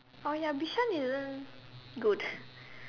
oh ya Bishan isn't good